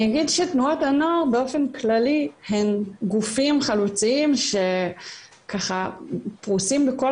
אני אגיד שתנועות הנוער באופן כללי הן גופים חלוציים שפרושים בכל